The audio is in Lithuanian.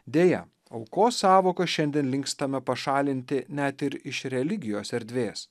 deja aukos sąvoką šiandien linkstame pašalinti net ir iš religijos erdvės